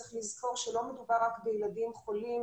צריך לזכור שלא מדובר רק בילדים חולים,